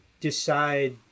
decide